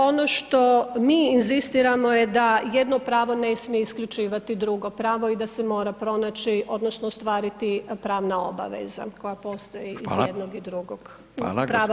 Ono što mi inzistiramo je da jedno pravo ne smije isključivati drugo pravo i da se mora pronaći odnosno ostvariti pravna obaveza koja postoji iz jednog i drugog prava